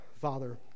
Father